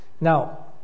now